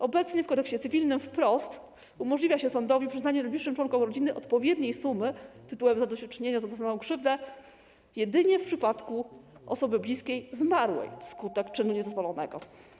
Obecnie w Kodeksie cywilnym wprost umożliwia się sądowi przyznanie najbliższym członkom rodziny odpowiedniej sumy tytułem zadośćuczynienia za doznaną krzywdę jedynie w przypadku osoby bliskiej zmarłej wskutek czynu niedozwolonego.